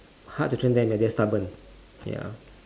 hard to train them ya they're stubborn ya